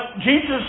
Jesus